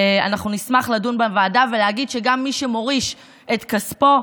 אנחנו נשמח לדון בוועדה ולהגיד שגם מי שמוריש את כספו,